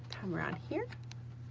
come around here,